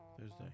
Thursday